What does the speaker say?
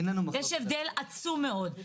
יש הבדל עצום מאוד.